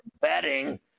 betting